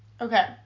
Okay